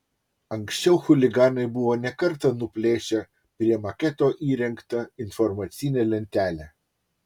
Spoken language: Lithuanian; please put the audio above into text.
anksčiau chuliganai buvo ne kartą nuplėšę prie maketo įrengtą informacinę lentelę